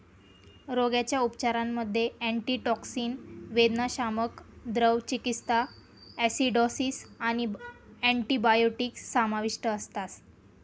रोगाच्या उपचारांमध्ये अँटीटॉक्सिन, वेदनाशामक, द्रव चिकित्सा, ॲसिडॉसिस आणि अँटिबायोटिक्स समाविष्ट असतात